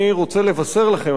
אני רוצה לבשר לכם,